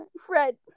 Fred